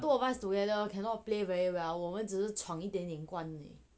the two of us together cannot play very well 我们只是闯一点点关